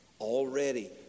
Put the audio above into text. already